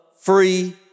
free